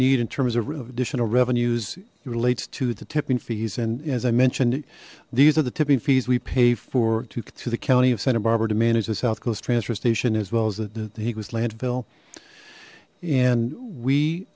need in terms of additional revenues relates to the tipping fees and as i mentioned these are the tipping fees we pay for to the county of santa barbara to manage the south coast transfer station as well as the ego's landfill and we